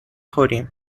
خوریم